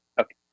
okay